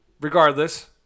regardless